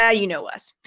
yeah you know us.